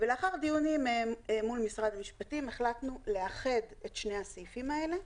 ולאחר דיונים מול משרד המשפטים החלטנו לאחד את שני הסעיפים האלה,